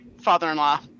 father-in-law